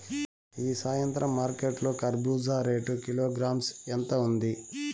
ఈ సాయంత్రం మార్కెట్ లో కర్బూజ రేటు కిలోగ్రామ్స్ ఎంత ఉంది?